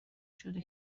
شده